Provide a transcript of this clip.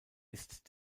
ist